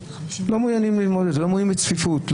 בצפיפות.